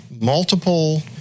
multiple